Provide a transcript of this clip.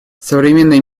современный